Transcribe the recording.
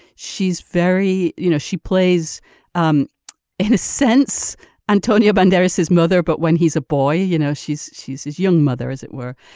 she's very you know she plays um in a sense antonio banderas his mother but when he's a boy you know she's she's his young mother as it were.